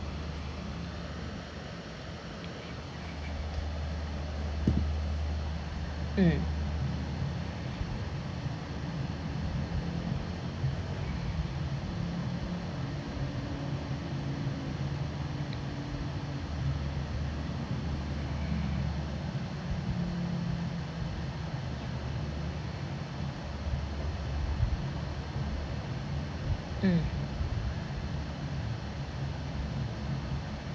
mm mm